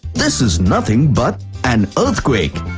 this is nothing but an earthquake,